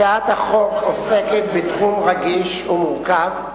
הצעת החוק עוסקת בתחום רגיש ומורכב,